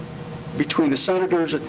between the senators,